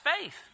faith